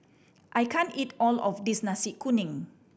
I can't eat all of this Nasi Kuning